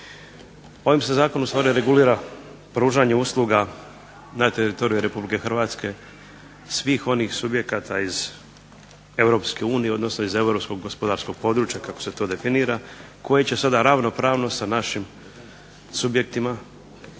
Ovim se zakonom ustvari regulira pružanje usluga na teritoriju RH svih onih subjekata iz EU odnosno iz europskog gospodarskog područja kako se to definira koje će sada ravnopravno sa našim subjektima konkurirati